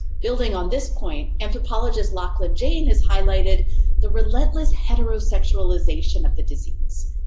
building on this point, anthropologist lochlann jain has highlighted the relentless heterosexualization of the disease.